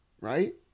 right